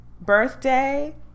birthday